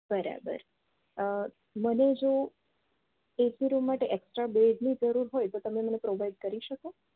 બરાબર મને જો એસી રૂમ માટે એક્સટ્રા બેડની જરૂર હોય તો તમે મને પ્રોવાઈડ કરી શકો